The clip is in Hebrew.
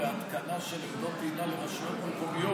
להתקנה של עמדות טעינה לרשויות המקומיות,